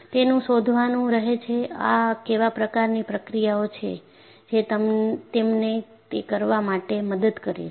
તેને શોધવાનું રહે છે આ કેવા પ્રકારની પ્રક્રિયાઓ છે જે તેમને તે કરવા માટે મદદ કરે છે